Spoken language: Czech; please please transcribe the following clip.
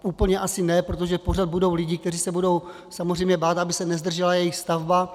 Úplně asi ne, protože pořád budou lidi, kteří se budou samozřejmě bát, aby se nezdržela jejich stavba.